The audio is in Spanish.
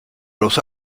los